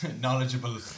knowledgeable